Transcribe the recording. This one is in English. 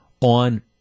on